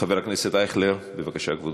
חבר הכנסת אייכלר, בבקשה, כבודו.